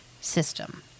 system